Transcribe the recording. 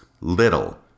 little